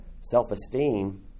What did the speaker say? Self-esteem